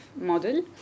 model